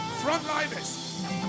Frontliners